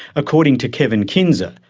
according to kevin kinser,